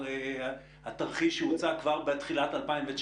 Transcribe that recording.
התרחיש שהוצג כבר בתחילת 2019,